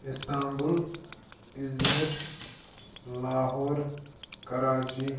Istanbul Izmir Lahore Karachi